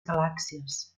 galàxies